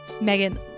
Megan